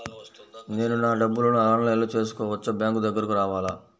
నేను నా డబ్బులను ఆన్లైన్లో చేసుకోవచ్చా? బ్యాంక్ దగ్గరకు రావాలా?